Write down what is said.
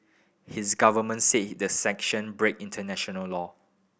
his government says the sanctions break international law